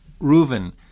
Reuven